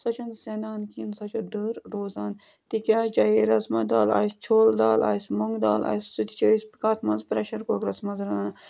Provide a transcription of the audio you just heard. سۄ چھَنہٕ سٮ۪نان کِہیٖنۍ سۄ چھےٚ دٔر روزان تِکیٛازِ چاہے رَزما دال آسہِ چھولہٕ دال آسہِ مۄنٛگہٕ دال آسہِ سُہ تہِ چھِ أسۍ کتھ مَنٛز پرٛٮ۪شَر کُکرَس مَنٛز رَنان